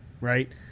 Right